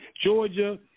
Georgia